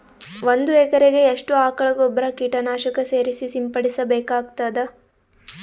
ಒಂದು ಎಕರೆಗೆ ಎಷ್ಟು ಆಕಳ ಗೊಬ್ಬರ ಕೀಟನಾಶಕ ಸೇರಿಸಿ ಸಿಂಪಡಸಬೇಕಾಗತದಾ?